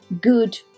good